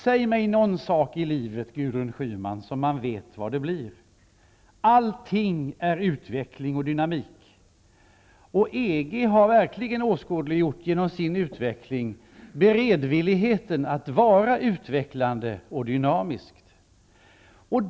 Säg någon sak i livet, Gudrun Schyman, som man vet vad det blir. Allting är utveckling och dynamik. EG har verkligen genom sin utveckling åskådliggjort sin beredvillighet att vara utvecklande och dynamiskt.